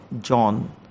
John